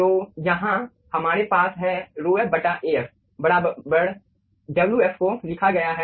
तो यहाँ हमारे पास है ρfAf बराबर Wf को लिखा गया है